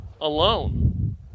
alone